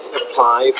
apply